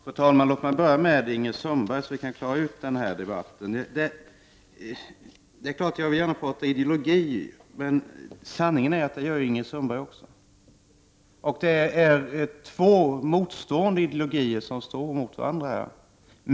Fru talman! Låt mig börja med att bemöta Ingrid Sundberg, så att vi klarar ut den här debatten. Jag vill gärna tala ideologi, men sanningen är att det gör Ingrid Sundberg också. Det är två ideologier som står mot varandra.